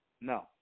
No